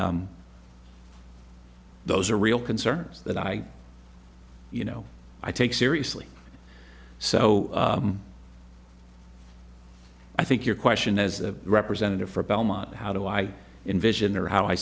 and those are real concerns that i you know i take seriously so i think your question as a representative for belmont how do i envision or how i